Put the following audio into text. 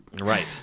right